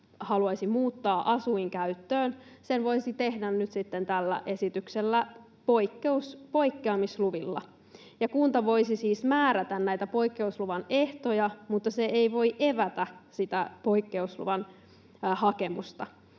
haluaisi muuttaa asuinkäyttöön, sen voisi tehdä nyt sitten tämän esityksen poikkeamisluvilla, ja kunta voisi siis määrätä näitä poikkeusluvan ehtoja, mutta se ei voi evätä sitä poikkeusluvan hakemusta.